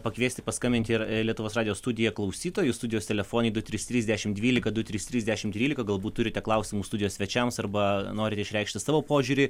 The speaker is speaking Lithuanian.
pakviesti paskambinti ir lietuvos radijo studiją klausytojus studijos telefonai du trys trys dešimt dvylika du trys trys dešimt trylika galbūt turite klausimų studijos svečiams arba norite išreikšti savo požiūrį